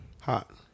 Hot